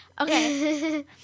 Okay